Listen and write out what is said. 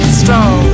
strong